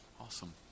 awesome